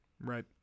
Right